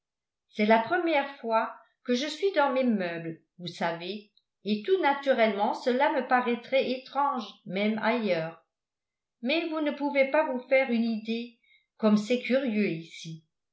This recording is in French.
c'est la première fois que je suis dans mes meubles vous savez et tout naturellement cela me paraîtrait étrange même ailleurs mais vous ne pouvez pas vous faire une idée comme c'est curieux ici